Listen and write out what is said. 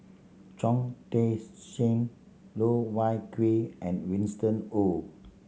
Chong Tze Chien Loh Wai Kiew and Winston Oh